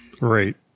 Right